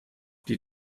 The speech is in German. die